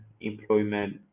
employment